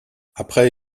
après